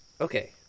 Okay